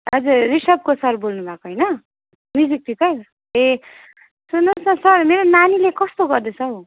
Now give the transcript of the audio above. हजुर रिसभको सर बोल्नुभएको होइन म्युजिक टिचर ए सुन्नुहोस् न सर मेरो नानीले कस्तो गर्दैछ हौ